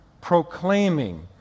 proclaiming